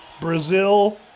Brazil